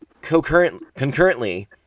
concurrently